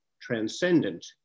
transcendent